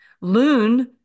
Loon